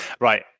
Right